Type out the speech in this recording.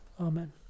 Amen